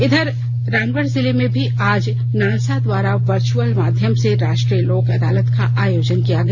इधर रामगढ़ जिले में भी आज नालसा द्वारा वर्चुवल माध्यम से राष्ट्रीय लोक अदालत का आयोजन किया गया